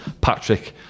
Patrick